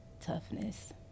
toughness